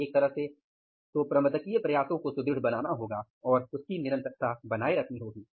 और एक तरह से तो प्रबंधकीय प्रयासों को सुदृढ़ बनाना होगा और निरंतरता बनाये रखनी होगी